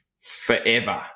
forever